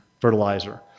fertilizer